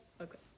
Okay